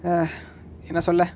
uh என்ன சொல்ல:enna solla